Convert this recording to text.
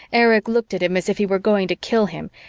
erich looked at him as if he were going to kill him,